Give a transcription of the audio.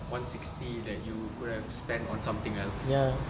one sixty that you could have spent on something else